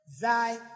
thy